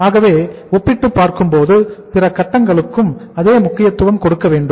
ஆகவே ஒப்பிட்டுப் பார்க்கும்போது பிற கட்டங்களுக்கும் அதே முக்கியத்துவம் கொடுக்க வேண்டும்